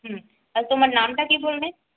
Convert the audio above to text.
হুম আর তোমার নামটা কী বললে